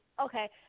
Okay